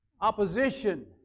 opposition